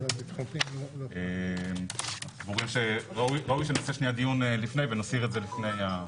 בואו נסיר את זה לפני.